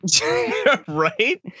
Right